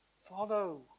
Follow